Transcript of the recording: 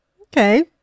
okay